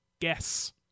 guess